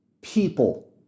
people